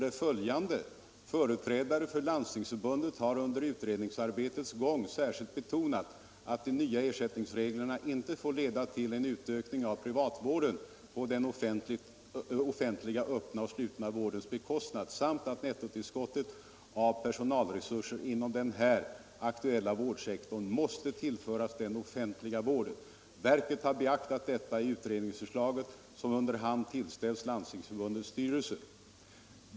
I står följande: ”Företrädarna för Landstingsförbundet har under utredningsarbetets gång särskilt betonat att de nya ersättningsreglerna inte får leda till en utökning av privatvården på den offentliga öppna och slutna vårdens bekostnad samt att nettotillskottet av personalresurser inom den här aktuella vårdsektorn måste tillföras den offentliga vården. Verket har beaktat detta i utredningsförslaget, som under hand tillställts landstingsförbundets styrelse.